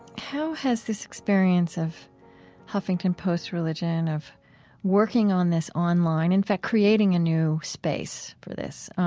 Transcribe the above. how has this experience of huffington post religion, of working on this online, in fact, creating a new space for this,